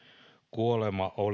kuolema oli läsnä